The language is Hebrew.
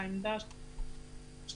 העמדה של